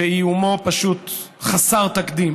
ואיומו פשוט חסר תקדים.